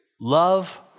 love